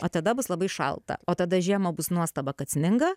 o tada bus labai šalta o tada žiemą bus nuostaba kad sninga